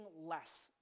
less